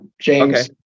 James